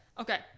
Okay